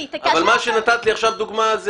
לא הדוגמה שנתת לי עכשיו לגבי הקלפיות.